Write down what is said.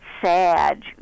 sad